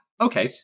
Okay